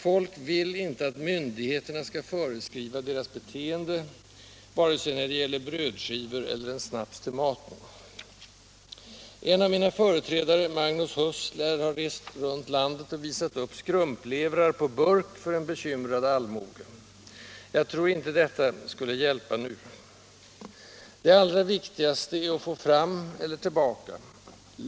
Folk vill inte att myndigheterna skall föreskriva deras beteende, vare sig det gäller brödskivor eller en snaps till maten. En av mina företrädare, Magnus Huss, lär ha rest runt i landet och visat upp skrumplevrar på burk för en bekymrad allmoge. Jag tror inte detta skulle hjälpa nu. Det allra viktigaste är att få fram — eller tillbaka!